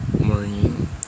morning